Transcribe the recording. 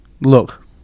Look